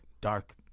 dark